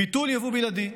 ביטול יבוא בלעדי,